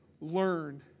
learn